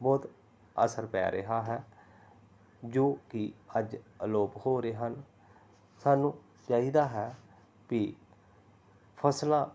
ਬਹੁਤ ਅਸਰ ਪੈ ਰਿਹਾ ਹੈ ਜੋ ਕਿ ਅੱਜ ਅਲੋਪ ਹੋ ਰਹੇ ਹਨ ਸਾਨੂੰ ਚਾਹੀਦਾ ਹੈ ਵੀ ਫਸਲਾਂ